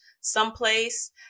someplace